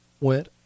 went